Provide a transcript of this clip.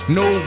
no